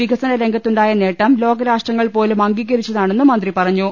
വികസന രംഗത്തുണ്ടായ നേട്ടം ലോകരാഷ്ട്രങ്ങൾ പോലും അംഗീകരിച്ചതാണെന്നും മന്ത്രി പറഞ്ഞു